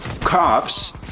Cops